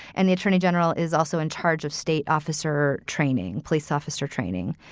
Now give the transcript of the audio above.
and the attorney general is also in charge of state officer training, police officer training.